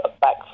back